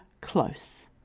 close